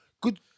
good